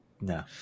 no